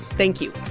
thank you.